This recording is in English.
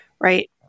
Right